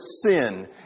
sin